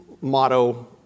motto